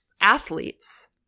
athletes